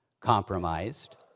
compromised